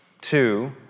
Two